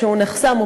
כשהוא נחסם,